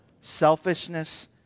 Selfishness